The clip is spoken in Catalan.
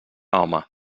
home